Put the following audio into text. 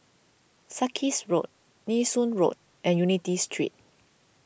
Sarkies Road Nee Soon Road and Unity Street